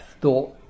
thought